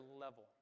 level